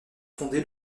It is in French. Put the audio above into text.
fondé